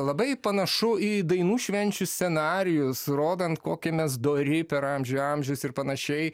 labai panašu į dainų švenčių scenarijus rodant kokie mes dori per amžių amžius ir panašiai